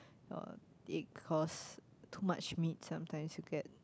or egg cause too much meat sometimes you get